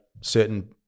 certain